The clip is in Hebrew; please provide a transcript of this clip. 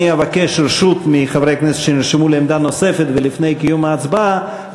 אני אבקש רשות מחברי הכנסת שנרשמו לעמדה נוספת ולפני קיום ההצבעה,